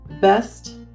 best